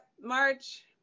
March